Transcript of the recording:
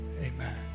amen